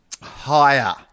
Higher